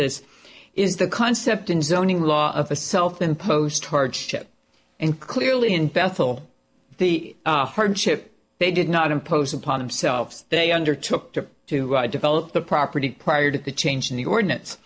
this is the concept in zoning law of a self imposed hardship and clearly in bethel the hardship they did not impose upon themselves they undertook to to develop the property prior to the change in the ordinance